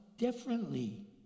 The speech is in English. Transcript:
differently